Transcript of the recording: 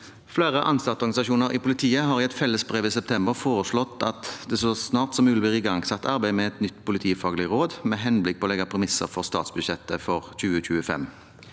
Flere ansatteorganisasjoner i politiet har i et felles brev i september foreslått at det så snart som mulig blir igangsatt arbeid med et nytt politifaglig råd med henblikk på å legge premisser for statsbudsjettet for 2025.